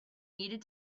needed